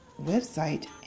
website